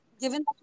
given